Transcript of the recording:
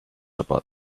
about